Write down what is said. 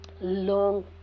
long